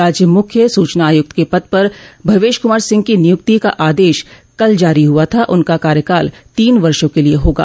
राज्य मुख्य सूचना आयुक्त के पद पर भवेश कुमार सिंह की नियुक्ति का आदेश कल जारी हुआ था उनका कार्यकाल तीन वर्षो के लिये होगा